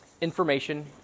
information